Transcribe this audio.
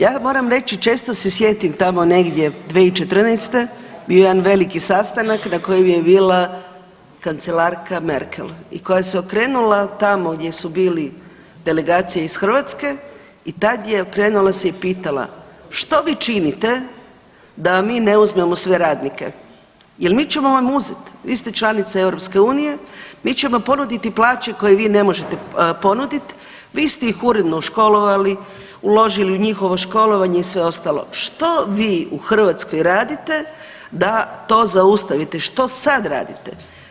Ja moram reći često se sjetim tamo negdje 2014. bio je jedan veliki sastanak na kojem je bila kancelarka Merkel i koja se okrenula tamo gdje su bili delegacija iz Hrvatske i tad je okrenula se i pitala što vi činite da vam mi ne uzmemo sve radnike, jel mi ćemo vam uzet, vi ste članica EU, mi ćemo ponuditi plaće koje vi ne možete ponudit, vi ste ih uredno školovali, uložili u njihovo školovanje i sve ostalo, što vi u Hrvatskoj radite da to zaustavite, što sad radite.